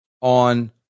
on